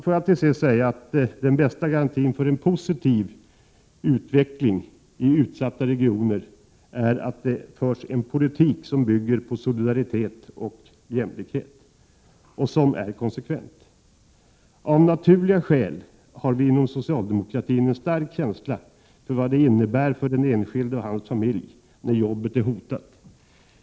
Låt mig till sist säga att den bästa garantin för en positiv utveckling i utsatta regioner är att det förs en politik som bygger på solidaritet och jämlikhet och som är konsekvent. Av naturliga skäl har vi inom socialdemokratin en stark känsla för vad det innebär för den enskilde och hans familj när jobbet är hotat.